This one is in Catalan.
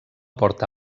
porta